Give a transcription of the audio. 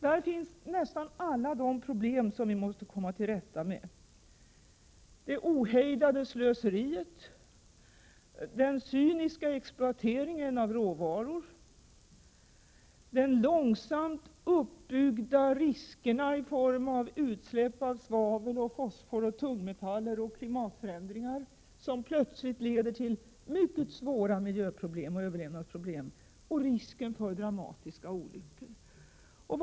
Där finns nästan alla de problem som vi måste komma till rätta med: det ohejdade slöseriet, den cyniska exploateringen av råvaror, de långsamt uppbyggda riskerna i form av utsläpp av svavel, fosfor och tungmetaller, klimatförändringarna som plötsligt leder till mycket svåra miljöoch överlevnadsproblem och risken för dramatiska olyckor.